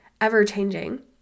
ever-changing